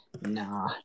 Nah